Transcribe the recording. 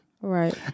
Right